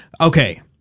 Okay